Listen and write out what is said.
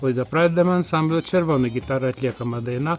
laida pradedama ansamblio červony gitara atliekama daina